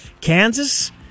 Kansas